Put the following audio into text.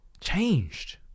changed